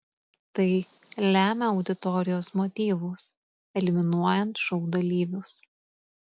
tai lemia auditorijos motyvus eliminuojant šou dalyvius